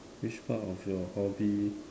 which part of your hobby